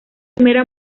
primera